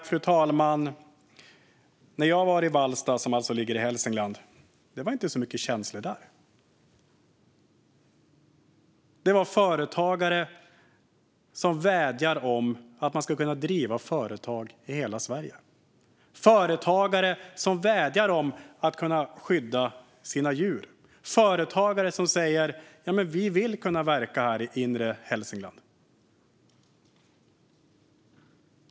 Fru talman! När jag var i Vallsta, som ligger i Hälsingland, var det inte så mycket känslor där. Det är företagare som vädjar om att de ska kunna driva företag i hela Sverige. Det är företagare som vädjar om att kunna skydda sina djur. Det är företagare som säger: Vi vill kunna verka här i inre Hälsingland.